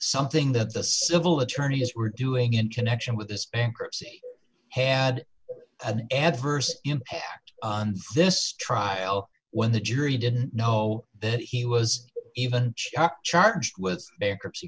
something that the civil attorneys were doing in connection with this bankruptcy had an adverse impact on this trial when the jury didn't know that he was even shocked charged with